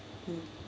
mm